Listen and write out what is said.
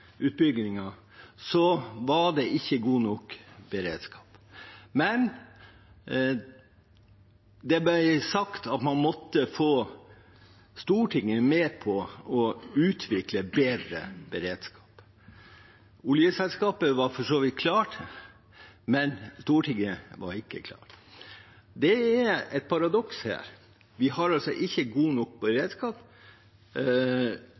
så vidt klart, men Stortinget var det ikke. Det er et paradoks her: Vi har altså ikke god nok